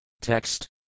Text